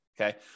Okay